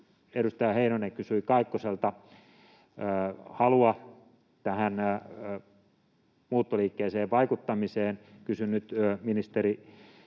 Edustaja Heinonen kysyi Kaikkoselta halua tähän muuttoliikkeeseen vaikuttamiseen.